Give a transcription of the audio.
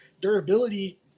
durability